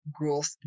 growth